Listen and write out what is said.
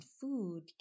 food